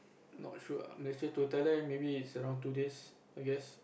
not sure ah Malaysia to Thailand maybe is around two days I guess